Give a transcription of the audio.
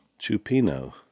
Chupino